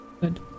Good